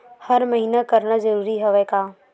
हर महीना करना जरूरी हवय का?